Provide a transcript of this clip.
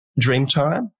Dreamtime